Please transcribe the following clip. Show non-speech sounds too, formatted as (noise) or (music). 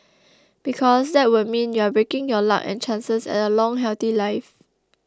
(noise) because that would mean you're breaking your luck and chances at a long healthy life